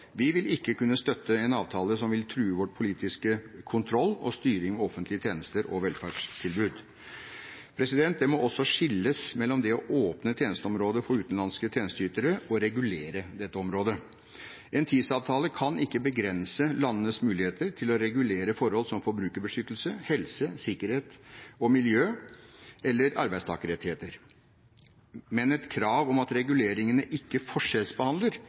Vi vil ikke kunne støtte en avtale som vil true vår politiske kontroll og styring med offentlige tjenester og velferdstilbud. Det må også skilles mellom det å åpne tjenesteområder for utenlandske tjenesteytere og å regulere dette området. En TISA-avtale kan ikke begrense landenes muligheter til å regulere forhold som forbrukerbeskyttelse, helse, sikkerhet og miljø eller arbeidstakerrettigheter. Men et krav om at reguleringene ikke forskjellsbehandler